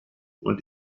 und